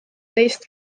teist